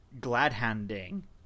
glad-handing